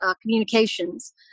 communications